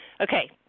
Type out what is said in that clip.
Okay